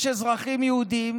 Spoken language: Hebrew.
יש אזרחים יהודים